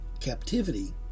captivity